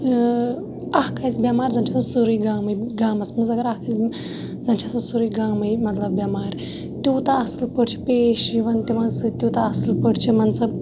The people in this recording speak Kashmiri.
اکھ آسہِ بیٚمار زَن چھُ آسان سورُے گامٕے گامَس مَنٛز اَگَر اکھ آسہِ بیٚمار زَن چھِ آسان سورُے گامٕے مَطلَب بیٚمار تیوٗتاہ اَصل پٲٹھۍ چھِ پیش یِوان تمَن سۭتۍ تیوٗتاہ اَصل پٲٹھۍ چھِ مان ژٕ